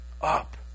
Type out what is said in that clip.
up